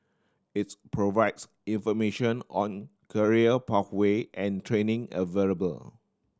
its provides information on career pathway and training available